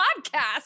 podcast